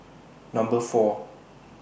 Number four